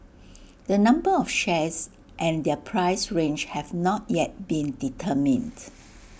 the number of shares and their price range have not yet been determined